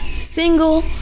single